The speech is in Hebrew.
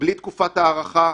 בלי תקופת הארכה,